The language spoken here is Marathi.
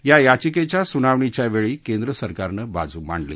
या याचिकेच्या सुनावणीच्या वेळी केंद्र सरकारनं बाजू मांडली